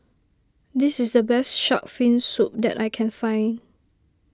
this is the best Shark's Fin Soup that I can find